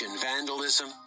vandalism